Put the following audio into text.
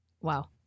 Wow